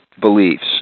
beliefs